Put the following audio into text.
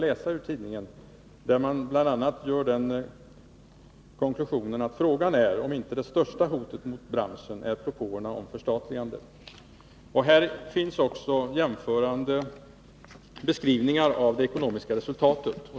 I artikeln gör man bl.a. följande konklusion: ”Frågan är om inte största hotet mot branschen är propåerna om förstatligande.” I artikeln görs också jämförande beskrivningar av det ekonomiska resultatet.